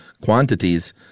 quantities